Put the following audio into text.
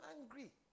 angry